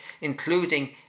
including